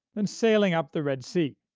then sailing up the red sea.